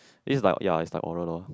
it's like ya is like oral loh